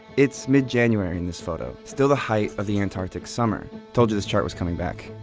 it's mid-january in this photo still the height of the antarctic summer. told you this chart was coming back.